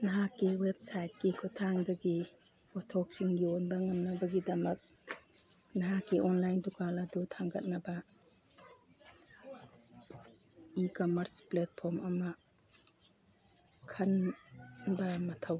ꯅꯍꯥꯛꯀꯤ ꯋꯦꯞꯁꯥꯏꯠꯀꯤ ꯈꯨꯠꯊꯥꯡꯗꯒꯤ ꯄꯣꯠꯊꯣꯛꯁꯤꯡ ꯌꯣꯟꯕ ꯉꯝꯅꯕꯒꯤꯗꯃꯛ ꯅꯍꯥꯛꯀꯤ ꯑꯣꯟꯂꯥꯏꯟ ꯗꯨꯀꯥꯟ ꯑꯗꯨ ꯊꯥꯡꯒꯠꯅꯕ ꯏ ꯀꯝꯃꯔꯁ ꯄ꯭ꯂꯦꯠꯐꯣꯝ ꯑꯃ ꯈꯟꯕ ꯃꯊꯧ ꯇꯥꯏ